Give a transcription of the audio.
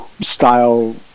style